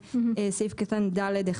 סעיף קטן (ד1)